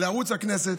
לערוץ הכנסת.